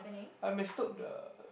I mistook the